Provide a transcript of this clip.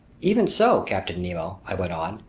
even so, captain nemo, i went on,